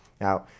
Now